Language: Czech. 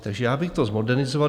Takže já bych to zmodernizoval.